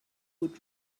would